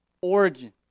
origin